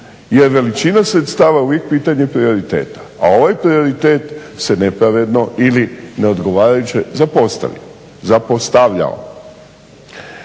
Jer veličina sredstava uvijek pitanje prioriteta. A ovaj prioritet se nepravedno ili neodgovarajuće zapostavljao.